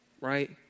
right